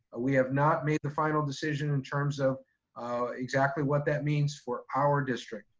we have not made the final decision in terms of exactly what that means for our district,